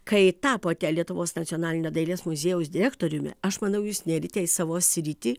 kai tapote lietuvos nacionalinio dailės muziejaus direktoriumi aš manau jūs nėrėte į savo sritį